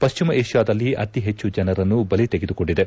ಪಶ್ವಿಮ ಏಷ್ಠಾದಲ್ಲಿ ಅತಿ ಹೆಚ್ಚು ಜನರನ್ನು ಬಲಿ ತೆಗೆದುಕೊಂಡಿದೆ